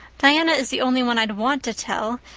diana is the only one i'd want to tell,